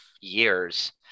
years